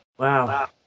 Wow